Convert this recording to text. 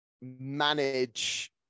manage